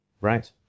Right